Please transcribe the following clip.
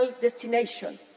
destination